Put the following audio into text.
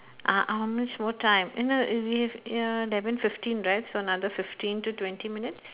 uh how much more time ya eleven fifteen right so another fifteen to twenty minutes